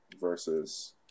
versus